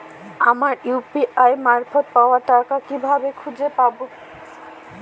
আমার ইউ.পি.আই মারফত পাওয়া টাকা কিভাবে খুঁজে পাব?